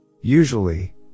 Usually